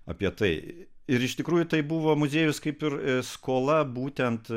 apie tai ir iš tikrųjų tai buvo muziejus kaip ir skola būtent